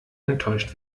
enttäuscht